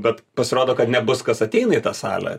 bet pasirodo kad nebus kas ateina į tą salę